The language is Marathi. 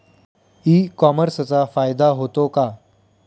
ई कॉमर्सचा फायदा होतो का?